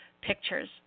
Pictures